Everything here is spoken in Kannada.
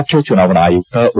ಮುಖ್ಯ ಚುನಾವಣಾ ಆಯುಕ್ತ ಓ